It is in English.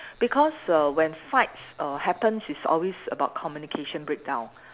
because err when fights err happens it's always about communication break down